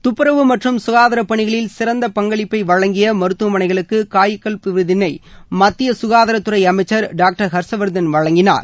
தப்புறவு மற்றம் சாதாரப்பனிகளில் சிறந்த பங்களிப்பை வழங்கிய மருத்துவமனைகளுக்கு காயகல்ப் விருதினை மத்திய சுகாதாரத்துறை அமைச்சர் டாக்டர் ஹர்ஷ்வர்தன் வழங்கினார்